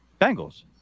Bengals